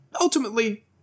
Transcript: ultimately